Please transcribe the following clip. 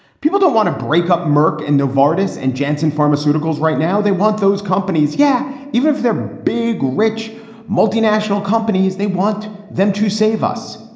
people don't want to break up merck and novartis and janssen pharmaceuticals right now. they want those companies. yeah. even if they're big rich multinational companies, they want them to save us.